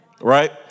right